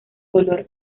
color